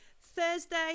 thursday